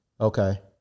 Okay